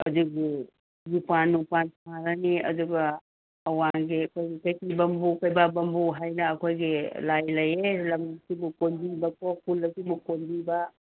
ꯑꯗꯨꯒꯤ ꯌꯨꯄꯥꯟ ꯅꯨꯡꯄꯥꯟ ꯊꯥꯔꯅꯤ ꯑꯗꯨꯒ ꯑꯋꯥꯡꯒꯤ ꯑꯩꯈꯣꯏꯒꯤ ꯀꯩꯄꯤꯕꯝꯕꯨ ꯀꯣꯏꯕꯥꯕꯝꯕꯨ ꯍꯥꯏꯅ ꯑꯩꯈꯣꯏꯒꯤ ꯂꯥꯏ ꯂꯩꯌꯦ ꯂꯝꯁꯤꯕꯨ ꯀꯣꯟꯕꯤꯔꯤꯕꯀꯣ ꯈꯨꯜ ꯑꯁꯤꯕꯨ ꯀꯣꯟꯕꯤꯕ